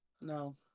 No